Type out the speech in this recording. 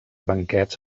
banquets